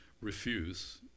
refuse